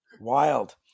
Wild